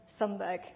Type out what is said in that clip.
Thunberg